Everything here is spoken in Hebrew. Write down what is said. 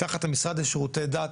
תחת המשרד לשירותי דת,